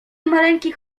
maleńkich